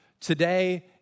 today